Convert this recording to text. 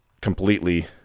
completely